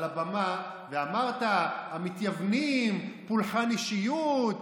על הבמה, ואמרת: המתייוונים, פולחן אישיות.